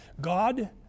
God